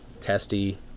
testy